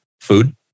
food